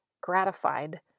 gratified